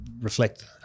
reflect –